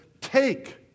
take